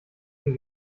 den